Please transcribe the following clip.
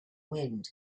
wind